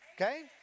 Okay